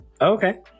okay